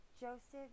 Joseph